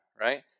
right